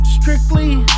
Strictly